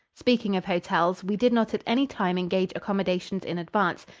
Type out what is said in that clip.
speaking of hotels, we did not at any time engage accommodations in advance,